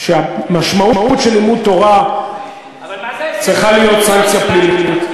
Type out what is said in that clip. שהמשמעות של לימוד תורה צריכה להיות סנקציה פלילית.